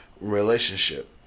relationship